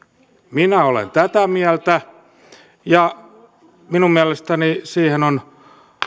minä olen tätä mieltä ja minun mielestäni siihen on